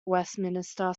westminster